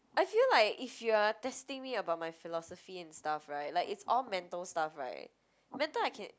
I feel like if you're testing me about my philosophy and stuff [right] like it's all mental stuff [right] mental I can